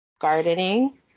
gardening